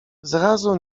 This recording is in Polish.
zrazu